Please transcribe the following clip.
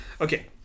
Okay